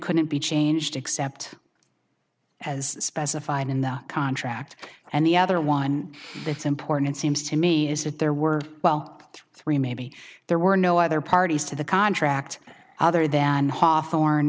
couldn't be changed except as specified in the contract and the other one that's important seems to me is that there were well three maybe there were no other parties to the contract other than h